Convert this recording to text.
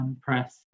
Press